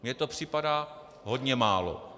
Mně to připadá hodně málo.